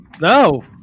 No